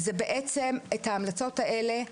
זה בעצם את ההמלצות האלה,